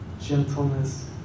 gentleness